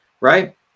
right